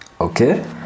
okay